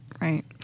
right